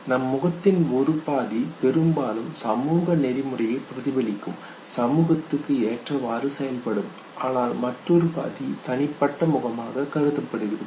எனவே நம் முகத்தின் ஒரு பாதி பெரும்பாலும் சமூக நெறிமுறையை பிரதிபலிக்கும் சமூகத்திற்கு ஏற்றவாறு செயல்படும் ஆனால் மற்றொரு பாதி தனிப்பட்ட முகமாக கருதப்படுகிறது